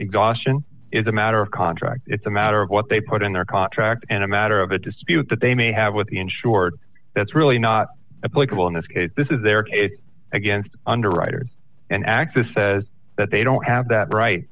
exhaustion is a matter of contract it's a matter of what they put in their contract and a matter of the dispute that they may have with the insured that's really not applicable in this case this is their case against underwriters and access says that they don't have that right